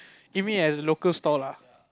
you mean as local store lah